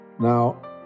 Now